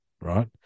right